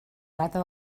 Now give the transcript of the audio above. data